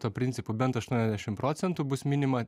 tuo principu bent aštuoniasdešim procentų bus minima